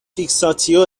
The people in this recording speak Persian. فیکساتیو